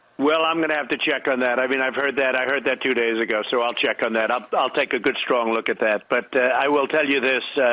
well, i'm going to have to check on that. i mean, i've heard that i heard that two days ago, so i'll check on that. ah i'll take a good, strong look at that. but i will tell you this.